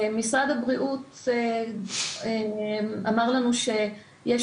משרד הבריאות אמר לנו שיש